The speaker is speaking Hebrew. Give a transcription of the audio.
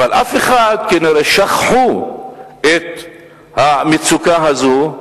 כנראה שכחו את המצוקה הזו.